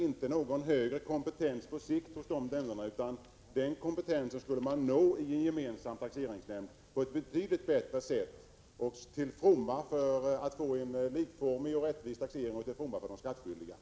En sådan högre kompetens skulle man på ett betydligt bättre sätt kunna erhålla genom en gemensam taxeringsnämnd. Det skulle också vara till fromma för de skattskyldiga när det gäller att få en likformig och rättvis taxering.